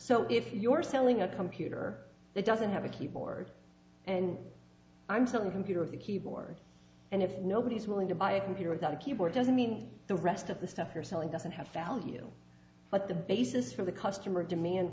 so if your selling a computer that doesn't have a keyboard and i'm selling computer of the keyboard and if nobody's willing to buy a computer without a keyboard doesn't mean the rest of the stuff you're selling doesn't have value but the basis for the customer demand